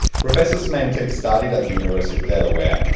professor smentek studied at the university of delaware,